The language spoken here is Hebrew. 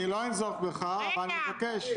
אני לא אנזוף בך אבל אני